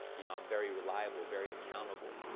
you know, i'm very reliable, very accountable.